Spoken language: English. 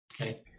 Okay